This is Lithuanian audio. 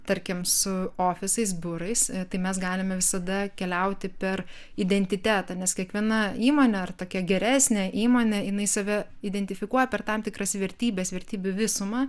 tarkim su ofisais biurais tai mes galime visada keliauti per identitetą nes kiekviena įmonė ar tokia geresnė įmonė jinai save identifikuoja per tam tikras vertybes vertybių visumą